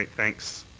thanks.